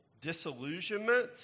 disillusionment